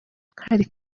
hari